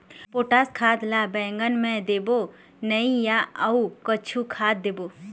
Potash खाद ला बैंगन मे देबो नई या अऊ कुछू खाद देबो?